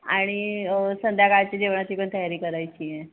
आणि संध्याकाळच्या जेवणाची पण तयारी करायची आहे